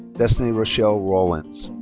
destiny rochelle rawlins.